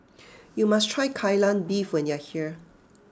you must try Kai Lan Beef when you are here